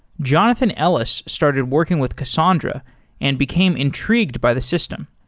jonathan ellis started working with cassandra and became intrigued by the system.